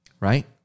right